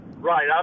Right